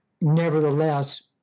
nevertheless